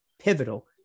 pivotal